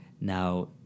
Now